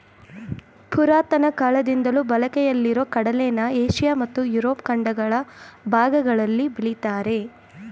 ಪುರಾತನ ಕಾಲದಿಂದಲೂ ಬಳಕೆಯಲ್ಲಿರೊ ಕಡಲೆನ ಏಷ್ಯ ಮತ್ತು ಯುರೋಪ್ ಖಂಡಗಳ ಭಾಗಗಳಲ್ಲಿ ಬೆಳಿತಾರೆ